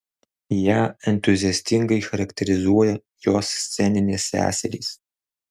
ją entuziastingai charakterizuoja jos sceninės seserys